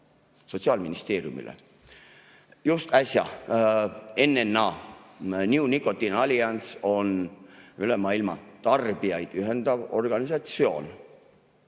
Sotsiaalministeeriumile. NNA, New Nicotine Alliance on üle maailma tarbijaid ühendav organisatsioon,